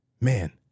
man